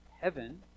heaven